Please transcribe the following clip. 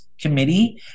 committee